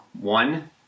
One